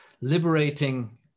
liberating